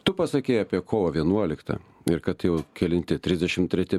tu pasakei apie kovo vienuoliktą ir kad jau kelinti trisdešimt treti